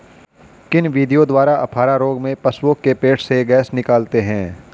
किन विधियों द्वारा अफारा रोग में पशुओं के पेट से गैस निकालते हैं?